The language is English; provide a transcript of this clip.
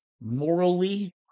morally